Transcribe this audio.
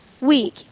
week